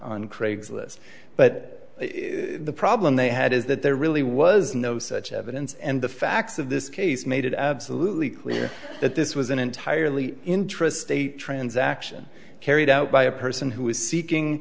on craigslist but the problem they had is that there really was no such evidence and the facts of this case made it absolutely clear that this was an entirely interest a transaction carried out by a person who was seeking